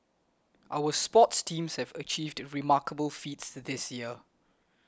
our sports teams have achieved remarkable feats this year